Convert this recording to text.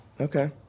Okay